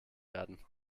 werden